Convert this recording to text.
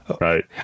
Right